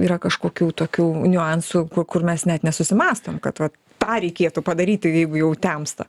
yra kažkokių tokių niuansų kur mes net nesusimąstom kad vat tą reikėtų padaryti jeigu jau temsta